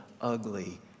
ugly